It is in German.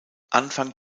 anfang